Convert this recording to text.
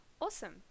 Awesome